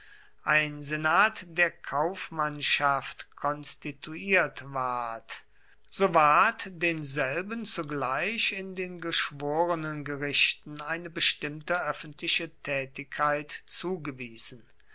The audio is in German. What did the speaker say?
ein senat der kaufmannschaft konstituiert ward so ward denselben zugleich in den geschworenengerichten eine bestimmte öffentliche tätigkeit zugewiesen